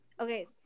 Okay